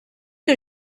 que